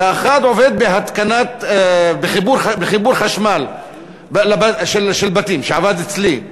ואחד עובד בחיבור לחשמל של בתים, שעבד אצלי.